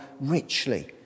richly